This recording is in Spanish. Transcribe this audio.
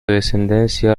descendencia